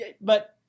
but-